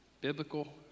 Biblical